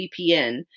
VPN